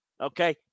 Okay